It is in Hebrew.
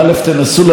אם אפשר,